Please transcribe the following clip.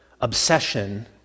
obsession